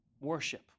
worship